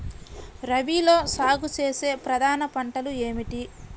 రబీలో సాగు చేసే ప్రధాన పంటలు ఏమిటి?